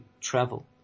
travel